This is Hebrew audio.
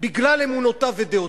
בגלל אמונותיו ודעותיו.